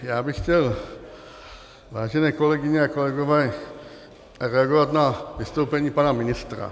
Já bych chtěl, vážené kolegyně a kolegové, reagovat na vystoupení pana ministra.